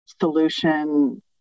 solution